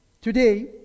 today